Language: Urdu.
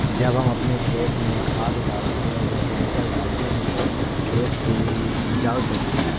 جب ہم اپنے کھیت میں کھاد ڈالتے ہیں یا کیمیکل ڈالتے ہیں تو کھیت کی اپجاؤ شکتی